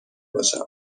باشم